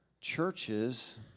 churches